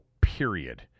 period